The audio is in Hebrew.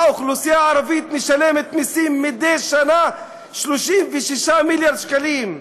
האוכלוסייה הערבית משלמת מסים מדי שנה 36 מיליארד שקלים.